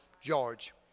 George